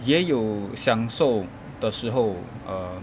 也有享受的时候 err